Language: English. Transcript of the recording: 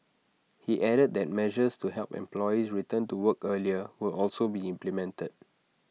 he added that measures to help employees return to work earlier will also be implemented